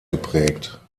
geprägt